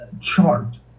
chart